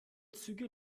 züge